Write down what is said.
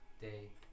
day